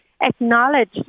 acknowledge